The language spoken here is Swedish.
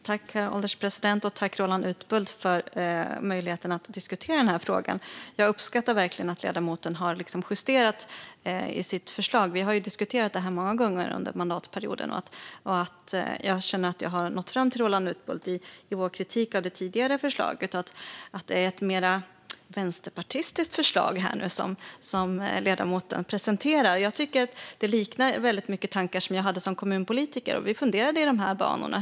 Herr ålderspresident! Jag tackar Roland Utbult för att vi får möjlighet att diskutera denna fråga. Jag uppskattar verkligen att ledamoten har justerat i sitt förslag. Vi har diskuterat detta många gånger under mandatperioden. Jag känner att jag har nått fram till Roland Utbult när det gäller vår kritik av det tidigare förslaget och att det nu är ett mer vänsterpartistiskt förslag som ledamoten presenterar. Där finns många av de tankar som jag hade som kommunalpolitiker. Vi funderade i dessa banor.